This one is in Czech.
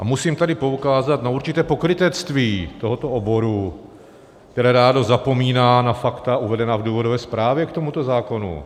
Musím tady poukázat na určité pokrytectví tohoto oboru, které rádo zapomíná na fakta uvedená v důvodové zprávě k tomuto zákonu.